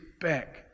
back